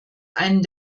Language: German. einen